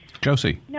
Josie